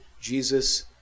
Jesus